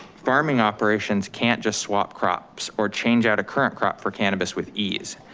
farming operations can't just swap crops or change out a current crop for cannabis with ease.